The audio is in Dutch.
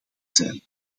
zijn